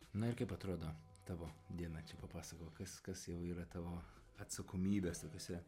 na ir kaip atrodo tavo diena čia papasakok kas kas jau yra tavo atsakomybės tokiose